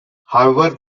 however